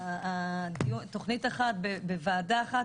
תוכנית אחת בוועדה אחת,